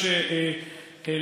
למה אין סיוע לסטודנטים?